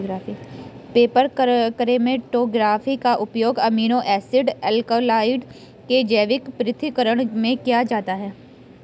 paper chromatography का उपयोग amino acid alkaloid के जैविक पृथक्करण में किया जाता है